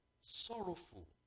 sorrowful